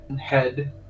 head